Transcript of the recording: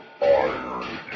Iron